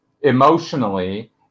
emotionally